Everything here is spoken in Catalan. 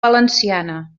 valenciana